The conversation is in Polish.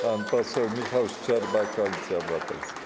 Pan poseł Michał Szczerba, Koalicja Obywatelska.